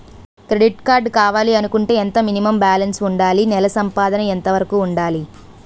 Credit card కావాలి అనుకుంటే ఎంత మినిమం బాలన్స్ వుందాలి? నెల సంపాదన ఎంతవరకు వుండాలి?